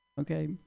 Okay